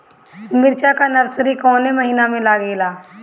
मिरचा का नर्सरी कौने महीना में लागिला?